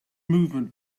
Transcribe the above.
movement